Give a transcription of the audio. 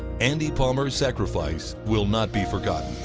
andy palmer's sacrifice will not be forgotten.